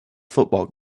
football